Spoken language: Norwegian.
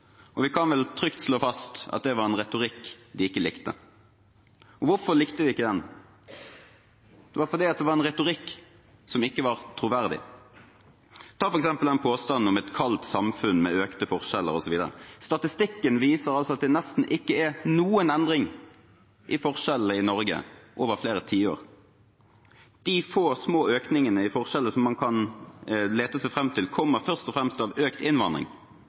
retorikk. Vi kan vel trygt slå fast at det var en retorikk de ikke likte. Og hvorfor likte de den ikke? Det var fordi det var en retorikk som ikke var troverdig. Ta f.eks. påstanden om et kaldt samfunn med økte forskjeller osv.: Statistikken viser at det nesten ikke er noen endring i forskjellene i Norge over flere tiår. De få små økningene i forskjeller som man kan lete seg fram til, kommer først og fremst av økt innvandring